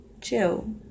chill